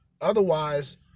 Otherwise